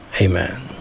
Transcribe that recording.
Amen